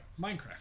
Minecraft